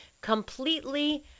completely